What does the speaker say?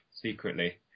secretly